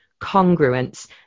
congruence